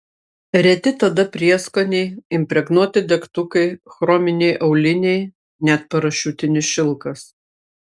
reti tada prieskoniai impregnuoti degtukai chrominiai auliniai net parašiutinis šilkas